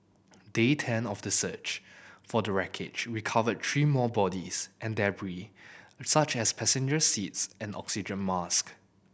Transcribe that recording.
day ten of the search for the wreckage recovered three more bodies and debri such as passenger seats and oxygen mask